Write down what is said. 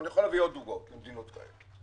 ואני יכול להביא עוד דוגמאות ממדינות כאלה.